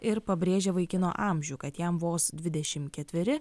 ir pabrėžė vaikino amžių kad jam vos dvidešim ketveri